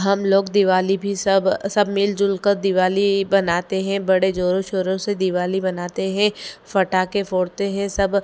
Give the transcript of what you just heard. हम लोग दिवाली भी सब सब मिलजुल कर दिवाली बनाते हैं बड़े जोरों शोरों से दिवाली बनाते है फटाके फोड़ते हैं सब